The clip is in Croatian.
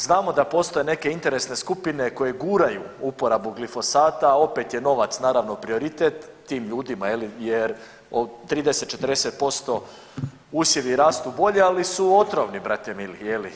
Znamo da postoje neke interesne skupine koje guraju uporabu glifosata, opet je novac naravno prioritet tim ljudima jer 30, 40% usjevi rastu bolje, ali su otrovni brate mili je li.